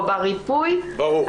ברור.